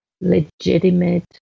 legitimate